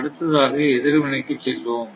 அடுத்ததாக எதிர்வினைக்கு செல்வோம்